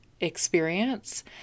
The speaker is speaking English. experience